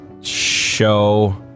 Show